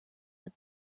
but